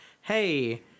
hey